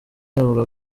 uvuga